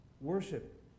worship